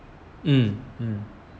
um um